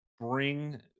bring